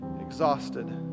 exhausted